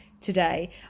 today